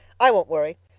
i won't worry.